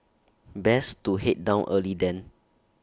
best to Head down early then